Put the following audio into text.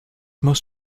most